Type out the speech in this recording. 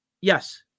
yes